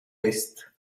list